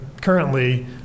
currently